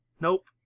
Nope